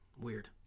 Weird